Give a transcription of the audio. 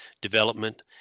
development